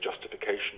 justification